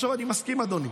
עכשיו, אני מסכים, אדוני,